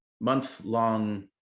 month-long